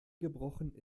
gebrochen